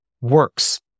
works